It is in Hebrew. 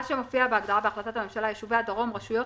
שמופיע בהגדרה בהחלטת הממשלה: "יישובי הדרום רשויות